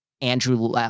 Andrew